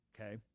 okay